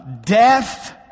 Death